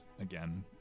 again